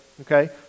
okay